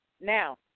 Now